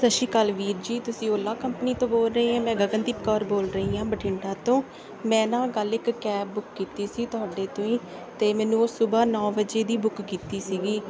ਸਤਿ ਸ਼੍ਰੀ ਅਕਾਲ ਵੀਰ ਜੀ ਤੁਸੀਂ ਓਲਾ ਕੰਪਨੀ ਤੋਂ ਬੋਲ ਰਹੇ ਹੈ ਮੈਂ ਗਗਨਦੀਪ ਕੌਰ ਬੋਲ ਰਹੀ ਹਾਂ ਬਠਿੰਡਾ ਤੋਂ ਮੈਂ ਨਾ ਕੱਲ੍ਹ ਇੱਕ ਕੈਬ ਬੁੱਕ ਕੀਤੀ ਸੀ ਤੁਹਾਡੇ ਤੋਂ ਹੀ ਅਤੇ ਮੈਨੂੰ ਉਹ ਸੁਬਾਹ ਨੌਂ ਵਜੇ ਦੀ ਬੁੱਕ ਕੀਤੀ ਸੀਗੀ